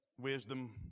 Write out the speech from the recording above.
wisdom